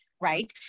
right